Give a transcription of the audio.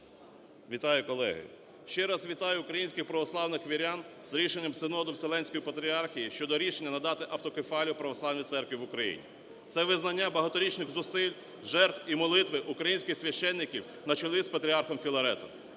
Вітаю, колеги! Ще раз вітаю українських православних вірян з рішенням Синоду Вселенської Патріархії щодо рішення надати автокефалію православній церкві в Україні. Це визнання багаторічних зусиль, жертв і молитви українських священників на чолі з Патріархом Філаретом.